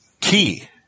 key